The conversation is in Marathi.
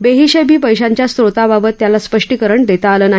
बेहिशेबी पैशांचा स्रोताबाबत त्यांला स्पष्टीकरण देता आलं नाही